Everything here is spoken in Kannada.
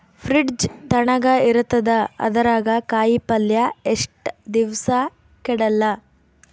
ಫ್ರಿಡ್ಜ್ ತಣಗ ಇರತದ, ಅದರಾಗ ಕಾಯಿಪಲ್ಯ ಎಷ್ಟ ದಿವ್ಸ ಕೆಡಲ್ಲ?